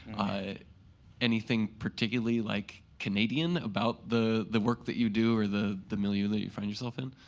ah anything particularly like canadian about the the work that you do or the the milieu that you find yourself in?